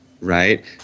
right